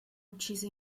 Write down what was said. ucciso